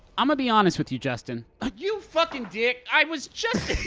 i'm gonna be honest with you, justin ah you fucking dick! i was just